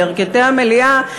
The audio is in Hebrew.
מירכתי המליאה,